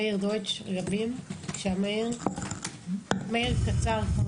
מאיר דויטש, בבקשה, בקצרה.